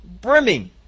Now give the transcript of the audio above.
brimming